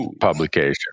publication